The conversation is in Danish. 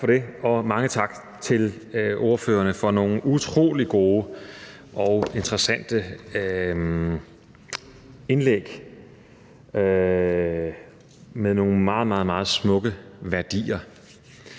og mange tak til ordførerne for nogle utrolig gode og interessante indlæg med nogle meget, meget smukke værdier.